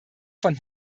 von